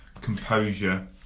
composure